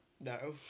No